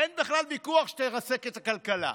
אין בכלל ויכוח שהיא תרסק את הכלכלה.